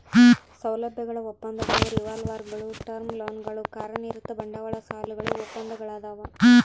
ಸೌಲಭ್ಯಗಳ ಒಪ್ಪಂದಗಳು ರಿವಾಲ್ವರ್ಗುಳು ಟರ್ಮ್ ಲೋನ್ಗಳು ಕಾರ್ಯನಿರತ ಬಂಡವಾಳ ಸಾಲಗಳು ಒಪ್ಪಂದಗಳದಾವ